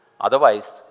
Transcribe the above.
Otherwise